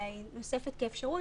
אלא נוספת כאפשרות,